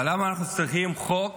אבל למה אנחנו צריכים חוק